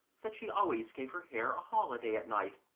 that she always gave her hair a holiday at night.